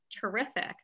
terrific